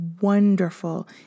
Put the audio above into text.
wonderful